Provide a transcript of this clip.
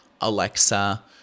Alexa